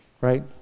right